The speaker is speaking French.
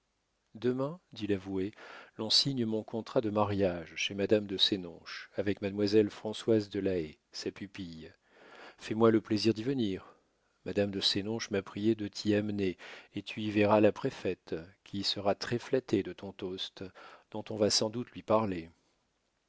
demain dit l'avoué l'on signe mon contrat de mariage chez madame de sénonches avec mademoiselle françoise de la haye sa pupille fais-moi le plaisir d'y venir madame de sénonches m'a prié de t'y amener et tu y verras la préfète qui sera très flattée de ton toast dont on va sans doute lui parler